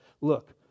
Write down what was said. look